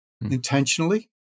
Intentionally